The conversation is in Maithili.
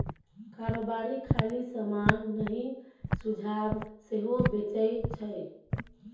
कारोबारी खाली समान नहि सुझाब सेहो बेचै छै